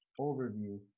overview